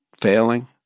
failing